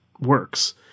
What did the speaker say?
works